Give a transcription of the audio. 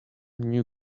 new